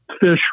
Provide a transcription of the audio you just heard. fish